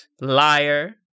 liar